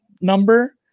number